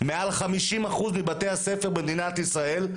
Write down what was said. מעל 50% מבתי הספר במדינת ישראל,